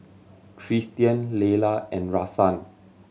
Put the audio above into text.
Christian Leyla and Rahsaan